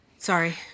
Sorry